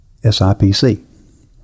SIPC